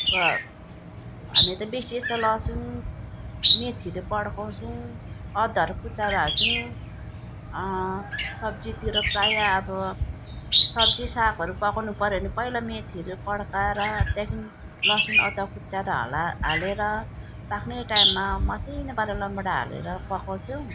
अब हामी त बेसी जस्तो लसुन मेथीहरू पड्काउँछौँ अदुवाहरू कुचाएर हाल्छौँ सब्जीतिर प्रायः अब सब्जी सागहरू पकाउनु पऱ्यो भने पहिला मेथीहरू पड्काएर त्यहाँदेखि लसुन अदुवा कुच्च्याएर हाल् हालेर पाक्ने टाइममा मसिनो पारेर रामभेँडा हालेर पकाउँछौँ